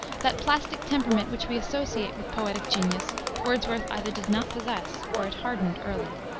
that plastic temperament which we associate with poetic genius wordsworth either did not possess, or it hardened early.